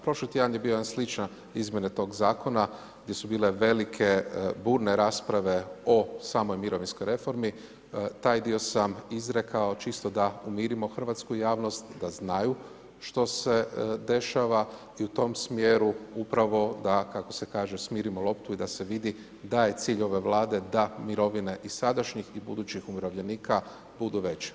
Prošli tjedan je bio jedan sličan izmjena tog zakona gdje su bile velike, burne rasprave o samoj mirovinskoj reformi, taj dio sam izrekao čisto da umirimo hrvatsku javnost, da znaju što se dešava i u tom smjeru upravo da, kako se kaže, smirimo loptu i da se vidi da je cilj ove Vlade da mirovine i sadašnjih i budućih umirovljenika budu veće.